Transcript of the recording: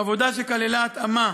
עבודה שכללה התאמה